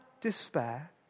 despair